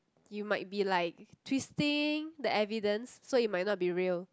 you might be like twisting the evidence so it might not be real